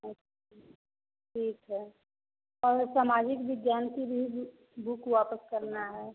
अच्छा ठीक है और समाजिक विज्ञान की भी बुक वापस करना है